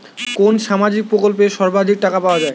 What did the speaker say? কোন সামাজিক প্রকল্পে সর্বাধিক টাকা পাওয়া য়ায়?